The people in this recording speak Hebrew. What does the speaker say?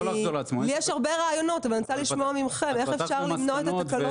יש הרבה רעיונות אבל אני רוצה לשמוע מכם איך אפשר למנוע את התקלות האלה.